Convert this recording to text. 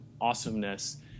awesomeness